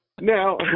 Now